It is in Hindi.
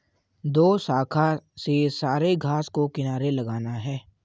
दोशाखा से सारे घास को किनारे लगाना है